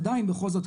עדיין בכל זאת,